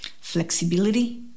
flexibility